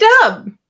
Dub